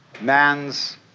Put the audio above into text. man's